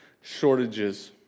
shortages